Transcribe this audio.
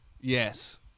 Yes